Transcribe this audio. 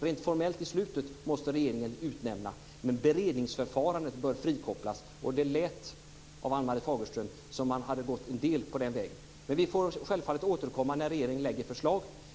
Rent formellt i slutet måste regeringen utnämna, men beredningsförfarandet bör frikopplas. Det lät på Ann-Marie Fagerström som om man hade gått en bit på den vägen. Vi får självfallet återkomma när regeringen lägger förslag.